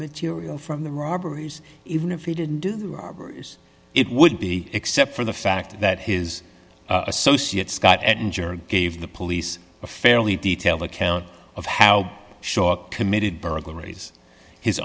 material from the robberies even if he didn't do it would be except for the fact that his associate scott and injure gave the police a fairly detailed account of how short committed burglaries his